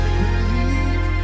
believe